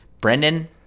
Brendan